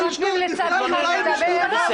נותנים לצד אחד לדבר,